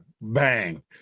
bang